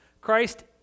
Christ